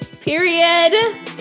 Period